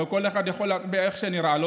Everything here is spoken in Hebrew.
וכל אחד יכול להצביע איך שנראה לו,